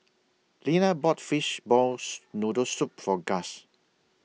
Lena bought Fishballs Noodle Soup For Gust